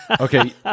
Okay